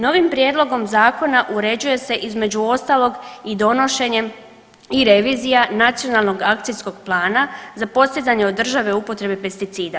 Novim prijedlogom zakona uređuje se između ostalog i donošenje i revizija Nacionalnog akcijskog plana za postizanje … [[Govornik se ne razumije]] upotrebe pesticida.